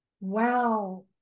wow